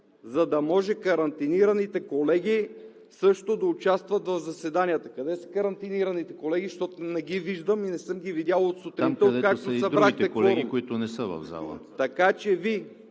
за да може карантинираните колеги също да участват в заседанията. Къде са карантинираните колеги, защото не ги виждам и не съм ги видял от сутринта – откакто събрахте кворума?